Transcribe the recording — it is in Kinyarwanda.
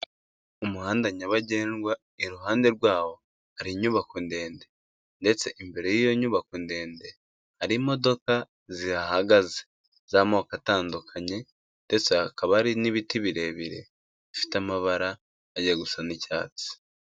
Umuhanda nyabagendwa iruhande rwawo hari inyubako ndende, ndetse imbere y'iyo nyubako ndende hari imodoka zihagaze z'amoko atandukanye, ndetse hakaba ari n'ibiti birebire bifite amabara ajya gusa n'icyatsi.